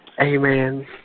Amen